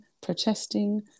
protesting